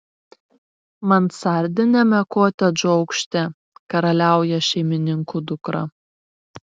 mansardiniame kotedžo aukšte karaliauja šeimininkų dukra